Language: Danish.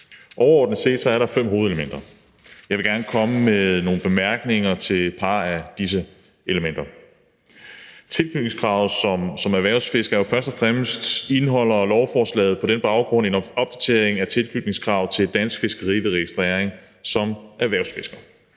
Overordnet set er der fem hovedelementer. Jeg vil gerne komme med nogle bemærkninger til et par af disse elementer. For det første indeholder lovforslaget en opdatering af tilknytningskravet til dansk fiskeri ved registrering som erhvervsfisker.